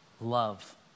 love